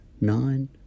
nine